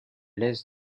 laisse